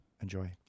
enjoy